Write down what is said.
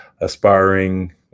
aspiring